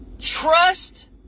Trust